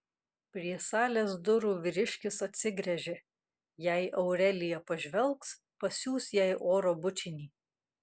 prie salės durų vyriškis atsigręžė jei aurelija pažvelgs pasiųs jai oro bučinį